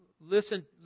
Listen